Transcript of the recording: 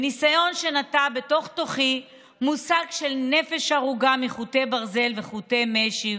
ניסיון שנטע בתוך תוכי מושג של נפש ארוגה מחוטי ברזל וחוטי משי,